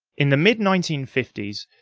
in the mid nineteen fifty s,